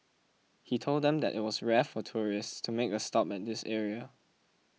he told them that it was rare for tourists to make a stop at this area